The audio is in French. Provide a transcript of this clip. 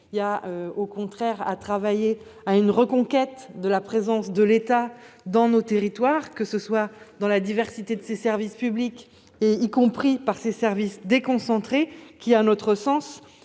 Il faut, au contraire, travailler à une reconquête de la présence de l'État dans nos territoires, dans la diversité de ses services publics, y compris par ses services déconcentrés. À nos yeux,